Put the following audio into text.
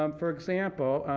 um for example,